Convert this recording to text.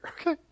okay